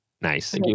Nice